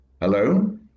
Hello